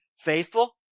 faithful